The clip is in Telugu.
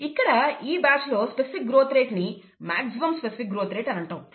ఇక్కడ ఈ బ్యాచ్లో స్పెసిఫిక్ గ్రోత్ రేట్ ని మ్యాగ్జిమం స్పెసిఫిక్ గ్రోత్ రేట్ అని అంటాము